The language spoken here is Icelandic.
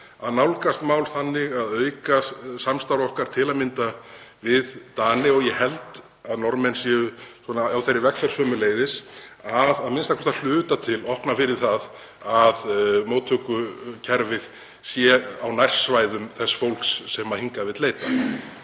að nálgast mál þannig að auka samstarf okkar við til að mynda Dani og ég held að Norðmenn séu á þeirri vegferð sömuleiðis og að a.m.k. að hluta til opna fyrir það að móttökukerfið sé á nærsvæðum þess fólks sem hingað vill leita.